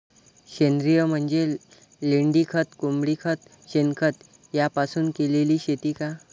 सेंद्रिय म्हणजे लेंडीखत, कोंबडीखत, शेणखत यापासून केलेली शेती का?